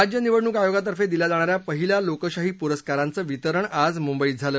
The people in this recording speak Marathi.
राज्य निवडणूक आयोगातर्फे दिल्या जाणा या पहिल्या लोकशाही पुरस्कारांचं वितरण आज मुंबईत झालं